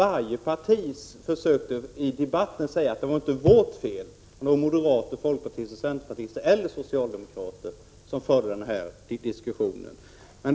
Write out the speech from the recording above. Alla | partier försökte i debatten — oavsett om det var moderater, folkpartister, centerpartister eller socialdemokrater som förde debatten — hävda att det inte var deras fel.